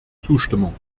zustimmung